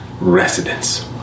residence